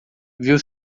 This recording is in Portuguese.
viu